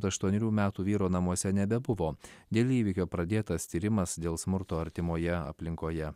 aštuonerių metų vyro namuose nebebuvo dėl įvykio pradėtas tyrimas dėl smurto artimoje aplinkoje